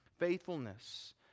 faithfulness